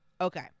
okay